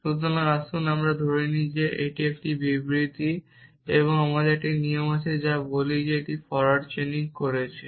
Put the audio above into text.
সুতরাং আসুন আমরা ধরে নিই যে এটি একটি সত্য বিবৃতি এবং আমার একটি নিয়ম আছে যা আমি বলি যে আমি ফরোয়ার্ড চেইনিং করছি